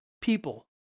people